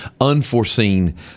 unforeseen